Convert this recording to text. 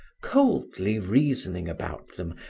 coldly reasoning about them,